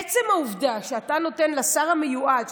עצם העובדה שאתה נותן לשר המיועד,